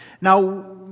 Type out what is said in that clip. Now